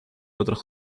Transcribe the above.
otros